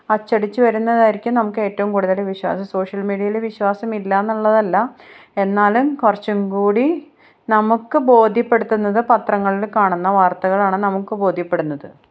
അച്ചടിച്ചു വരുന്നതായിരിക്കും നമുക്കേറ്റവും കൂടുതൽ വിശ്വാസം സോഷ്യല് മീഡിയയിൽ വിശ്വാസമില്ലയെന്നുള്ളതല്ല എന്നാലും കുറച്ചും കൂടി നമുക്ക് ബോധ്യപ്പെടുത്തുന്നത് പത്രങ്ങളിൽ കാണുന്ന വാര്ത്തകളാണ് നമുക്ക് ബോധ്യപ്പെടുന്നത്